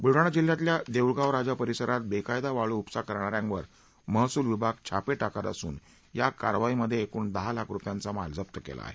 बुलडाणा जिल्ह्यातल्या देऊळगाव राजा परिसरात बेकायदा वाळू उपसा करणा यांवर महसूल विभाग छापे टाकत असून या कारवाईमध्ये एकूण दहा लाख रुपयांचा माल जप्त केला आहे